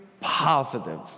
positive